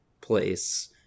place